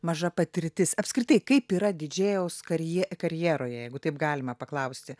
maža patirtis apskritai kaip yra didžėjaus karje karjeroj jeigu taip galima paklausti